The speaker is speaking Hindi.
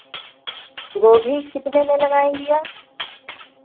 गोभी कितने में लगाएँगी आप